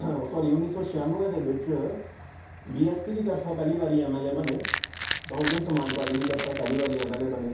सौरी उन्नी सौ छयानुऐ दे बिच्च बीएसपी दी तरफा पैह्ली बारी एम एल ए बने बहुजन समाज पार्टी दी तरफा एह् पैह्ली बारी एम एल ए बने